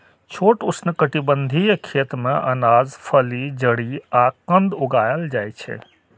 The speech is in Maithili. छोट उष्णकटिबंधीय खेत मे अनाज, फली, जड़ि आ कंद उगाएल जाइ छै